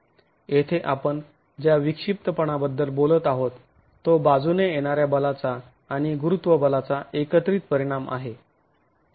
येथे आपण ज्या विक्षिप्तपणा बद्दल बोलत आहोत तो बाजूने येणाऱ्या बलाचा आणि गुरुत्वबलाचा एकत्रित परिणाम आहे